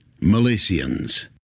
Malaysians